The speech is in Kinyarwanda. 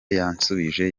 yansubije